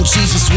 Jesus